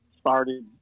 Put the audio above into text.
started